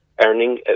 earning